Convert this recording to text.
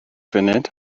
funud